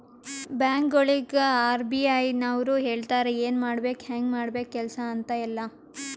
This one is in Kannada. ಬ್ಯಾಂಕ್ಗೊಳಿಗ್ ಆರ್.ಬಿ.ಐ ನವ್ರು ಹೇಳ್ತಾರ ಎನ್ ಮಾಡ್ಬೇಕು ಹ್ಯಾಂಗ್ ಮಾಡ್ಬೇಕು ಕೆಲ್ಸಾ ಅಂತ್ ಎಲ್ಲಾ